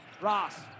Ross